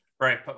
Right